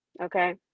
okay